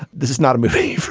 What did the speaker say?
this is not a movie.